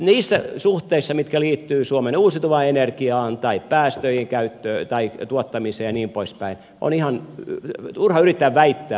niissä suhteissa mitkä liittyvät suomen uusiutuvaan energiaan tai päästöjen käyttöön tai tuottamiseen ja niin poispäin on ihan turha yrittää väittää